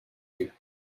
you